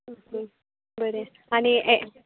अं हं बरें आनी ए